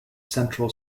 central